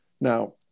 Now